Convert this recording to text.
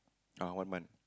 ah one month